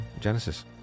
Genesis